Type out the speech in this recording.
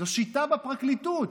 זו שיטה בפרקליטות,